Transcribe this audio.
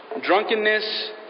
drunkenness